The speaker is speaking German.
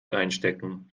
einstecken